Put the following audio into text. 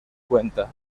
cuenta